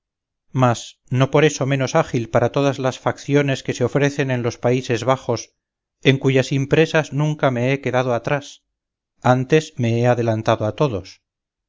mas no por eso menos ágil para todas las facciones que se ofrecen en los países bajos en cuyas impresas nunca me he quedado atrás antes me he adelantado a todos